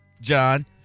john